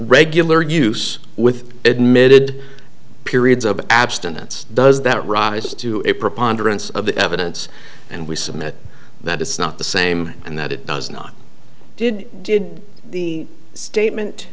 regular use with admitted periods of abstinence does that rise to a preponderance of the evidence and we submit that it's not the same and that it does not did did the statement